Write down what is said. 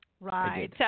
Right